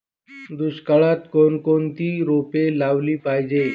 दुष्काळात कोणकोणती रोपे लावली पाहिजे?